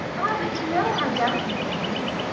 ah! but you know how delicate he is.